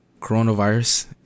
coronavirus